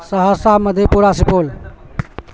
Saharsa Madhepura Supaul